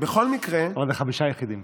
או חמישה יחידים.